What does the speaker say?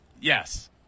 Yes